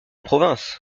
province